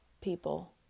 people